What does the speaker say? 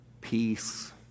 peace